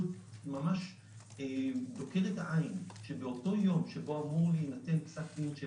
ממש דוקר את העין שבאותו יום שבו אמור להינתן פסק דין של